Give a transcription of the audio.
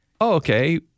okay